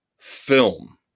film